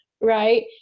right